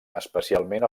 especialment